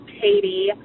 Katie